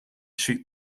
shoot